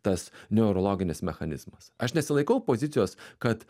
tas neurologinis mechanizmas aš nesilaikau pozicijos kad